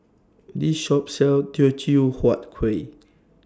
This Shop sells Teochew Huat Kueh